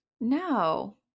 No